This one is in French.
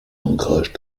ancrage